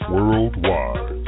Worldwide